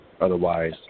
Otherwise